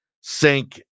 sink